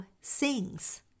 sings